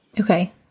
Okay